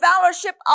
fellowship